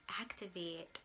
activate